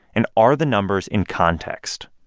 and are the numbers in context?